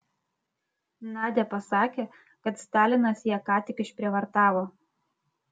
nadia pasakė kad stalinas ją ką tik išprievartavo